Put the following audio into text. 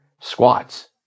Squats